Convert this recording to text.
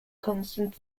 constant